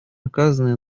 оказанное